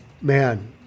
man